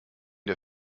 der